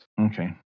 Okay